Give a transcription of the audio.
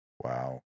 wow